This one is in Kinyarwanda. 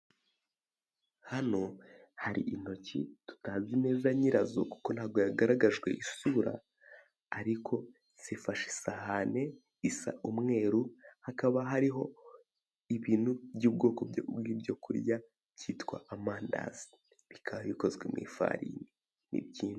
Hano hari intoki tutazi neza nyirazo kuko ntabwo yagaragajwe isura ariko zifashe isahane isa umweru hakaba hariho ibintu by'ubwoko byo kurya byitwa amandazi bikaba bikoze mu ifarini.